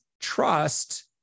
trust